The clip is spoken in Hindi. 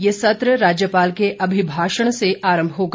ये सत्र राज्यपाल के अभिभाषण से आरम्भ होगा